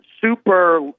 super